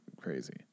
crazy